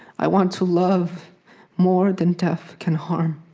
i want to love more than death can harm.